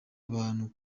abantu